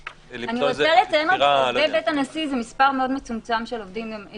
עובדי בית הנשיא זה מספר מאוד מצומצם של עובדים.